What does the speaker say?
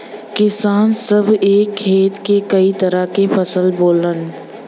किसान सभ एक खेत में कई तरह के फसल बोवलन